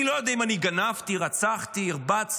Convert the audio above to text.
אני לא יודע אם אני גנבתי, רצחתי, הרבצתי